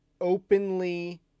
openly